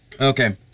Okay